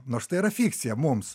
nors tai yra fikcija mums